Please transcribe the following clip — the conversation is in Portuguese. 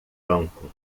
banco